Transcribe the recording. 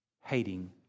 hating